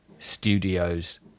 Studios